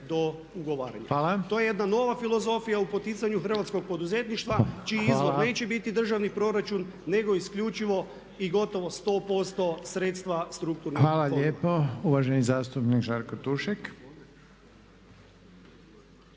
do ugovaranja. To je jedna nova filozofija u poticanju hrvatskog poduzetništva čiji izvor neće biti Državni proračun nego isključivo i gotovo 100% sredstva strukturnih fondova. **Reiner, Željko (HDZ)** Hvala lijepa. Uvaženi zastupnik Žarko Tušek.